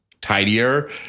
tidier